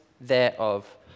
thereof